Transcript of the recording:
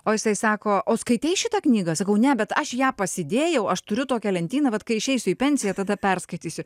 o jisai sako o skaitei šitą knygą sakau ne bet aš ją pasidėjau aš turiu tokią lentyną bet kai išeisiu į pensiją tada perskaitysiu